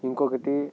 ఇంకొకటి